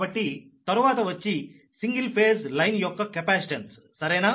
కాబట్టి తరువాత వచ్చి సింగిల్ ఫేస్ లైన్ యొక్క కెపాసిటెన్స్ సరేనా